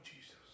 Jesus